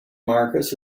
marcus